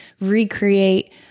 recreate